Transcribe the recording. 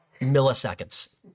milliseconds